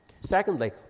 Secondly